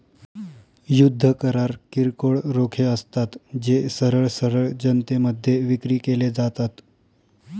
युद्ध करार किरकोळ रोखे असतात, जे सरळ सरळ जनतेमध्ये विक्री केले जातात